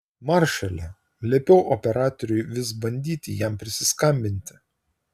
maršale liepiau operatoriui vis bandyti jam prisiskambinti